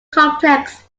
complex